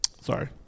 Sorry